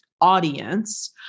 Audience